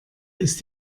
ist